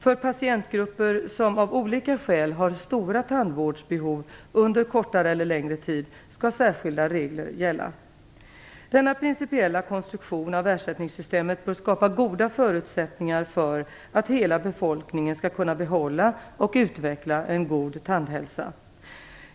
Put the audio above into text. För patientgrupper som av olika skäl har stora tandvårdsbehov under kortare eller längre tid skall särskilda regler gälla. Denna principiella konstruktion av ersättningssystemet bör skapa goda förutsättningar för att hela befolkningen skall kunna behålla och utveckla en god tandhälsa.